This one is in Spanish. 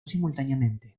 simultáneamente